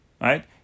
right